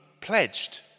pledged